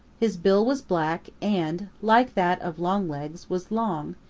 his bill was black and, like that of longlegs, was long,